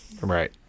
Right